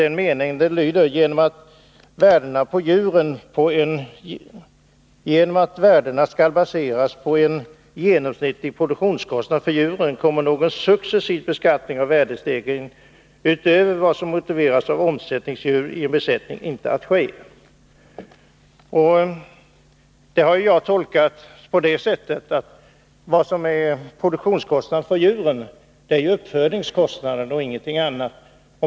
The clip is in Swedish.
Den meningen lyder: ”Genom att värdena skall baseras på en genomsnittlig produktionskostnad för djuren kommer någon successiv beskattning av värdestegringen — utöver vad som motiveras av omsättningen — i en djurbesättning inte att ske.” Det har jag tolkat så att produktionskostnaden för djuren är uppfödningskostnaden och ingenting annat.